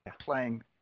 playing